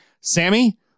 sammy